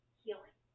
healing